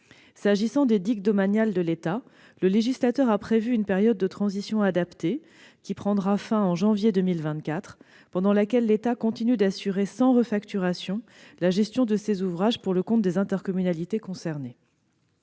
S'agissant des digues domaniales de l'État, le législateur a prévu une période de transition adaptée, qui prendra fin au mois de janvier 2024, pendant laquelle l'État continue d'assurer sans refacturation la gestion de ces ouvrages, pour le compte des intercommunalités concernées.